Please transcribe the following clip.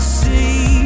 see